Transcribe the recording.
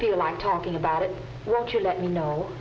feel like talking about it to let me know